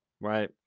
right